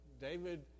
David